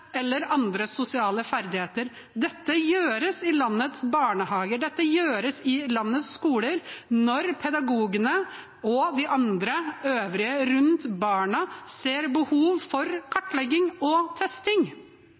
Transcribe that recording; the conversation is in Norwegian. eller andre sosiale ferdigheter. Dette gjøres i landets barnehager og skoler når pedagogene og de øvrige rundt barna ser behov for kartlegging og testing.